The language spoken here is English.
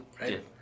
right